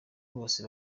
bose